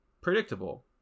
predictable